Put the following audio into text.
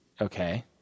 Okay